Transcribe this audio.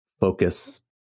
focus